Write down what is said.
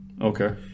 Okay